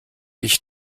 ich